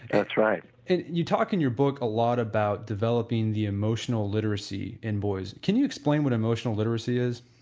that's right you talk in your book a lot about developing the emotional literacy in boys, can you explain what emotional literacy is?